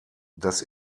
das